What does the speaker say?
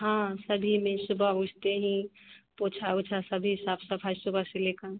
हाँ सभी में सुबह उठते ही पोछा वोछा सभी साफ़ सफ़ाई सुबह से ले कर